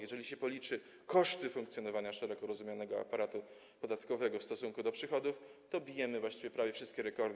Jeżeli się policzy koszty funkcjonowania szeroko rozumianego aparatu podatkowego w stosunku do przychodów, to bijemy prawie wszystkie rekordy.